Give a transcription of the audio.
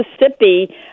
Mississippi